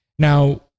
Now